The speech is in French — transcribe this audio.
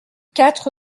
quatre